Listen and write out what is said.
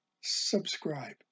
subscribe